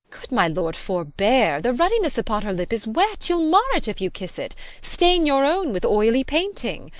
good my lord, forbear the ruddiness upon her lip is wet you'll mar it if you kiss it stain your own with oily painting.